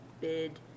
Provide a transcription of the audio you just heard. bid